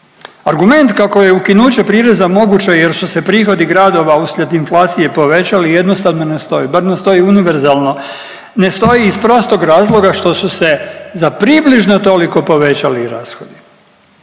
Argument kako je ukinuće prireza moguće jer su se prihodi gradova uslijed inflacije povećali jednostavno ne stoji, bar ne stoji univerzalno, ne stoji iz prostog razloga što su se za približno toliko povećali i rashodi